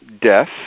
death